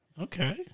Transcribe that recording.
Okay